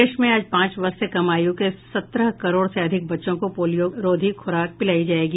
देश में आज पांच वर्ष से कम आयु के सत्रह करोड़ से अधिक बच्चों को पोलियो रोधी खु्राक पिलाई जाएगी